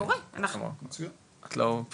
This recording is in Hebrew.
זה קורה.